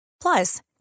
Plus